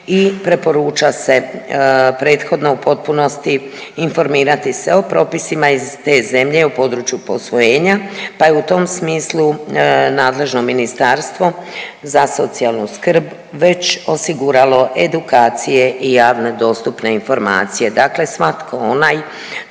i preporuča se prethodno u potpunosti informirati se o propisima iz te zemlje u području posvojenja, pa je u tom smislu nadležno Ministarstvo za socijalnu skrb već osiguralo edukacije i javne dostupne informacije. Dakle, svatko onaj